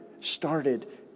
started